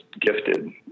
gifted